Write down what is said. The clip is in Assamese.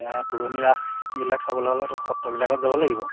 নাই পুৰণি ৰাসবিলাক চাবলৈ হ'লে তোৰ সত্ৰবিলাকত যাব লাগিব